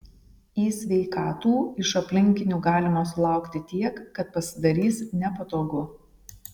į sveikatų iš aplinkinių galima sulaukti tiek kad pasidarys nepatogu